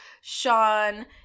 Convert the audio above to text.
Sean